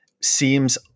seems